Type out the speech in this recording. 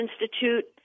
Institute